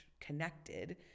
connected